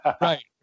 Right